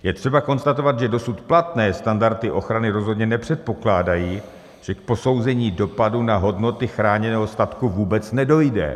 Je třeba konstatovat, že dosud platné standardy ochrany rozhodně nepředpokládají, že k posouzení dopadu na hodnoty chráněného statku vůbec nedojde.